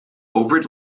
over